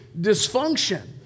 dysfunction